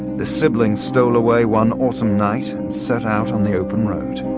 the siblings stole away one autumn night and set out on the open road.